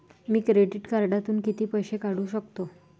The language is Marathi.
मी क्रेडिट कार्डातून किती पैसे काढू शकतो?